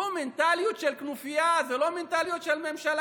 זו מנטליות של כנופיה, זו לא מנטליות של ממשלה.